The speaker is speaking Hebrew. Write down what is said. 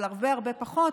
אבל הרבה הרבה פחות,